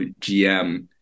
GM